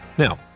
Now